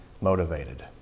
motivated